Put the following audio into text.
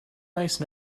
nice